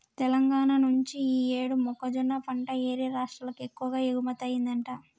తెలంగాణా నుంచి యీ యేడు మొక్కజొన్న పంట యేరే రాష్టాలకు ఎక్కువగా ఎగుమతయ్యిందంట